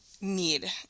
need